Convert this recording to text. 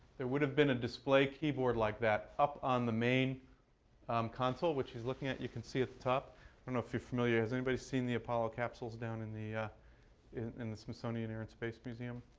there would have been a display keyboard like that, up on the main console, which he's looking at, you can see at the top. i don't know if you're familiar. has anybody seen the apollo capsules down in the ah in the smithsonian air and space museum?